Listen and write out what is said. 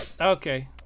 Okay